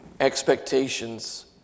Expectations